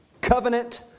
Covenant